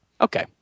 Okay